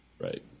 Right